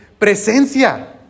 presencia